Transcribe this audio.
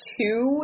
two